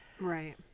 Right